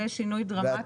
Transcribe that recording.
זה שינוי דרמטי.